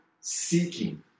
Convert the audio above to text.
seeking